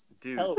dude